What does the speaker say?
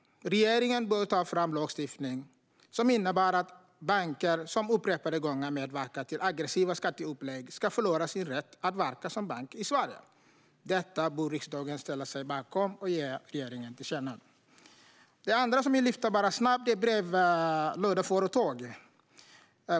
Regeringen bör ta fram lagstiftning som innebär att en bank som upprepade gånger medverkar till aggressiva skatteupplägg ska förlora sin rätt att verka som bank i Sverige. Detta bör riksdagen ställa sig bakom och ge regeringen till känna. Jag vill snabbt lyfta fram en annan sak. Det gäller brevlådeföretag.